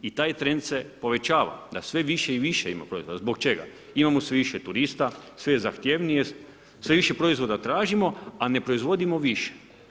I taj trend se povećava, da sve više i više ima proizvoda, zbog čega, imamo sve više turista, sve zahtjevnije, sve više proizvoda tražimo, a ne proizvodimo više.